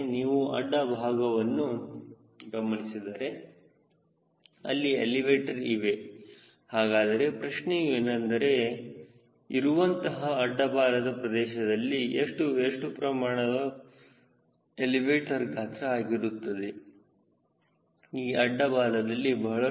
ಆದರೆ ನೀವು ಅಡ್ಡ ಭಾಗವನ್ನು ಗಮನಿಸಿದರೆ ಅಲ್ಲಿ ಎಲಿವೇಟರ್ಇವೆ ಹಾಗಾದರೆ ಪ್ರಶ್ನೆಯೂ ಏನೆಂದರೆ ಇರುವಂತಹ ಅಡ್ಡ ಬಾಲದ ಪ್ರದೇಶದಲ್ಲಿ ಎಷ್ಟು ಎಷ್ಟು ಪ್ರಮಾಣವು ಎಲಿವೇಟರ್ ಗಾತ್ರ ಆಗಿರುತ್ತದೆ ಈ ಅಡ್ಡ ಬಾಲದಲ್ಲಿ